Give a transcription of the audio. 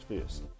first